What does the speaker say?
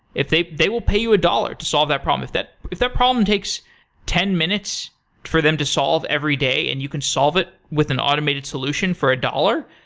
they they will pay you a dollar to solve that problem. if that if that problem takes ten minutes for them to solve every day and you can solve it with an automated solution for a dollar,